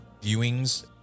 viewings